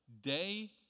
day